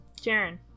Jaren